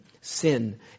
sin